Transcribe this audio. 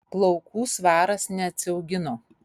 plaukų svaras neatsiaugino